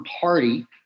party